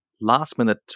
last-minute